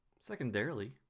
Secondarily